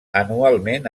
anualment